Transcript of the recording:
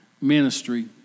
ministry